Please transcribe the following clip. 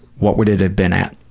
what would it have been at?